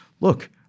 Look